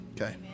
Okay